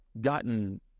gotten